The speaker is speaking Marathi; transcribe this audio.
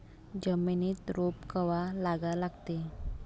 जमिनीत रोप कवा लागा लागते?